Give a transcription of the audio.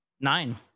Nine